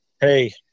hey